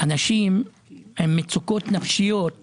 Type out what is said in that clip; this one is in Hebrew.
עוצמה שמוודאים מיצוי זכויות